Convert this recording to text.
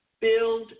build